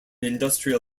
industrial